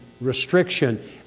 restriction